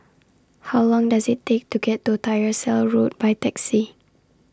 How Long Does IT Take to get to Tyersall Road By Taxi